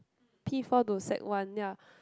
P-four to sec-one ya